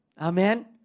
Amen